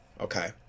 Okay